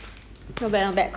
toothpaste your head nah